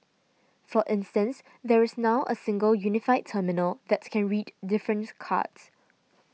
for instance there is now a single unified terminal that can read different cards